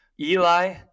Eli